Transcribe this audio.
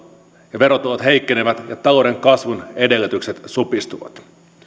ja verotulot heikkenevät ja talouden kasvun edellytykset supistuvat